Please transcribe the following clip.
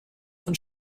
von